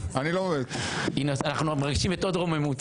אנחנו לא תמכנו בו.